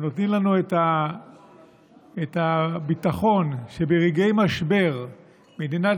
הם נותנים לנו את הביטחון שברגעי משבר מדינת